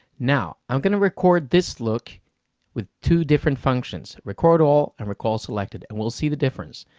now, i'm going to record this look with two different functions, record all and record selected, and we'll see the difference.